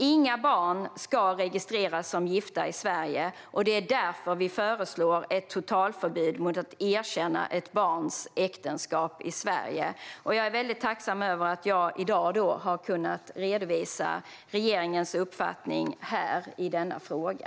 Inga barn ska registreras som gifta i Sverige, och det är därför vi föreslår ett totalförbud mot att erkänna ett barns äktenskap i Sverige. Jag är väldigt tacksam över att jag i dag har kunnat redovisa regeringens uppfattning i denna fråga.